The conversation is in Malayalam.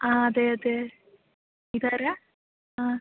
ആ അതെയതെ ഇതാരാണ് ആ